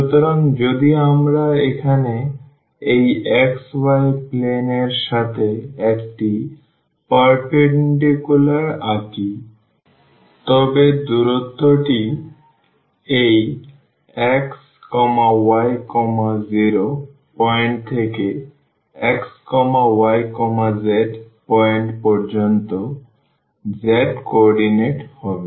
সুতরাং যদি আমরা এখানে এই xy প্লেন এর সাথে একটি পারপেন্ডিকুলার আঁকি তবে এই দূরত্বটি এই xy0 পয়েন্ট থেকে এই xyz পয়েন্ট পর্যন্ত z কোঅর্ডিনেট হবে